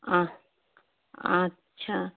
আহ আচ্ছা